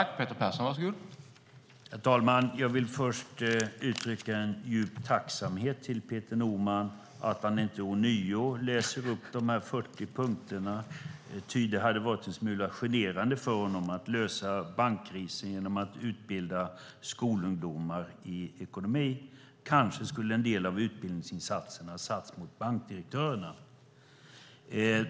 Herr talman! Jag vill först uttrycka en djup tacksamhet till Peter Norman för att han inte ånyo läser upp de 40 punkterna, ty det hade varit en smula generande för honom att lösa bankkrisen genom att utbilda skolungdomar i ekonomi. Kanske skulle en del av utbildningsinsatserna ha satts in mot bankdirektörerna.